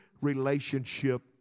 relationship